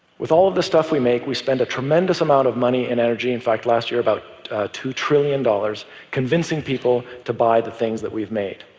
with all of the stuff we make, we spend a tremendous amount of money and energy in fact, last year, about two trillion dollars convincing people to buy the things we've made.